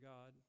God